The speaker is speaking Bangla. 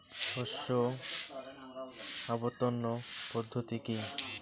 শস্য আবর্তন পদ্ধতি কি?